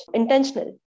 intentional